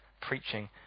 preaching